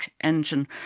engine